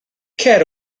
cer